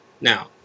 Now